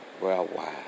worldwide